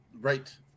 right